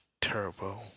Turbo